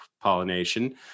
pollination